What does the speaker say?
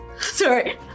sorry